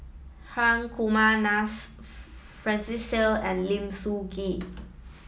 Hri Kumar Francis Seow and Lim Sun Gee